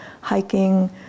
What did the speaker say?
hiking